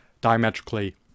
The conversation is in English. diametrically